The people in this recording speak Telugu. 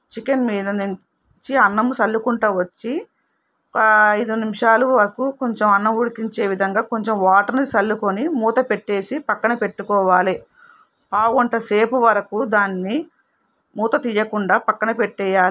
చికెన్ మీద నుంచి అన్నం చల్లుకుంటా వచ్చి ఐదు నిమిషాల వరకు అన్నం ఉడికించే విధంగా కొంచెం వాటర్ని చల్లుకుని మూత పెట్టేసి పక్కన పెట్టుకోవాలి పావుగంట సేపు వరకు దాన్ని మూత తీయకుండా పక్కన పెట్టాలి